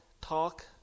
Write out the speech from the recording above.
talk